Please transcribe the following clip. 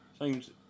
seems